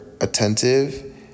attentive